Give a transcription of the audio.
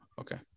okay